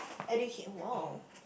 educa~ !wow!